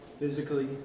physically